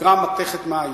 נקרא "מתכת מעיין".